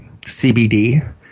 CBD